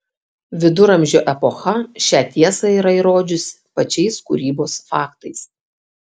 viduramžio epocha šią tiesą yra įrodžiusi pačiais kūrybos faktais